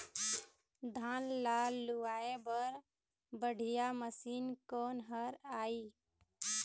धान ला लुआय बर बढ़िया मशीन कोन हर आइ?